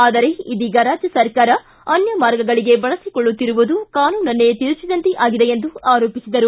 ಆದರೆ ಇದೀಗ ರಾಜ್ಯ ಸರ್ಕಾರ ಅನ್ಯ ಮಾರ್ಗಗಳಿಗೆ ಬಳಸಿಕೊಳ್ಳುತ್ತಿರುವುದು ಕಾನೂನನ್ನೇ ತಿರುಚಿದಂತೆ ಆಗಿದೆ ಎಂದು ಆರೋಪಿಸಿದರು